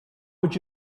would